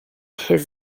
his